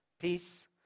peace